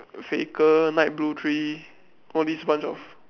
faker night blue three all these bunch of